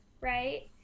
Right